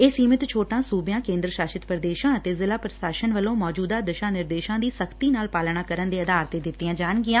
ਇਹ ਸੀਮਿਤ ਛੋਟਾਂ ਸੂਬਿਆਂ ਕੇਂਦਰ ਸ਼ਾਸ਼ਿਤ ਪ੍ਦੇਸ਼ਾਂ ਅਤੇ ਜਿਲੁਾ ਪ੍ਸ਼ਾਸਨ ਵੱਲੋਂ ਮੌਜੂਦਾ ਦਿਸ਼ਾ ਨਿਰਦੇਸ਼ਾਂ ਦੀ ਸ਼ਕਤੀ ਨਾਲ ਪਾਲਣਾ ਕਰਨ ਦੇ ਆਧਾਰ 'ਤੇ ਦਿੱਤੀਆਂ ਜਾਣਗੀਆਂ